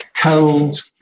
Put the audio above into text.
cold